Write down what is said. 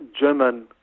German